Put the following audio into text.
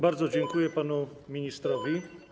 Bardzo dziękuję panu ministrowi.